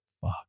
Fuck